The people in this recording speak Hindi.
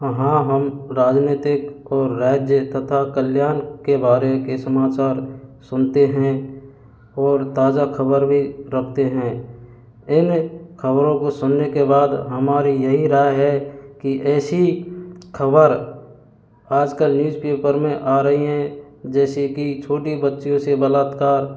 हाँ हम राजनीतिक और राज्य तथा कल्याण के बारे के समाचार सुनते हैं और ताज़ा खबर भी रखते हैं इन खबरों को सुनने के बाद हमारी यही राय है कि ऐसी खबर आजकल न्यूज़ पेपर में आ रही हैं जैसे कि छोटी बच्चियों से बलात्कार